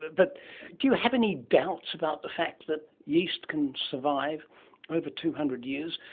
but do you have any doubts about the fact that yeast can survive over two hundred years?